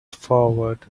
forward